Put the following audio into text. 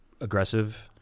aggressive